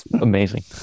Amazing